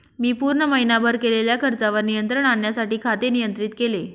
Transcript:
मी पूर्ण महीनाभर केलेल्या खर्चावर नियंत्रण आणण्यासाठी खाते नियंत्रित केले